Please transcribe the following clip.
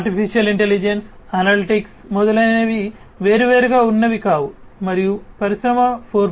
artificial intelligence analytics మొదలైనవి వేరువేరుగా ఉన్నవి కావు మరియు పరిశ్రమ 4